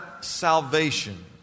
salvation